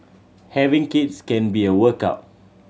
having kids can be a workout